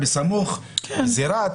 בסמוך לזירה.